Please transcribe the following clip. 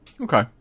Okay